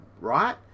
right